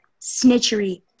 Snitchery